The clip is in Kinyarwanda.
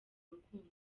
rukundo